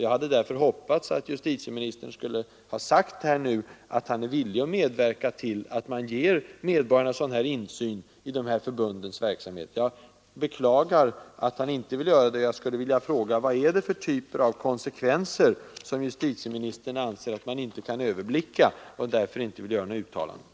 Jag hade därför hoppats att justitieministern nu skulle ha sagt att han är villig att medverka till att allmänheten ges insyn i dessa förbunds verksamhet. Jag beklagar att han inte vill göra det, och jag skulle vilja fråga: Vad är det för typer av konsekvenser som justitieministern anser att man inte kan överblicka och som medför att han inte vill göra några uttalanden?